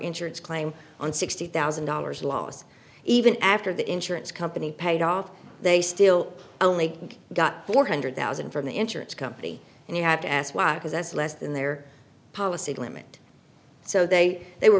insurance claim on sixty thousand dollars loss even after the insurance company paid off they still only got four hundred thousand from the insurance company and you have to ask why because that's less than their policy limit so they they were